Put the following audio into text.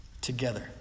Together